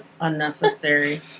unnecessary